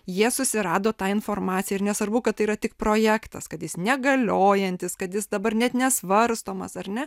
jie susirado tą informaciją ir nesvarbu kad tai yra tik projektas kad jis negaliojantis kad jis dabar net nesvarstomas ar ne